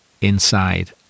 inside